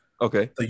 Okay